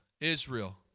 Israel